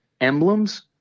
emblems